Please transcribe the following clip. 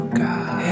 God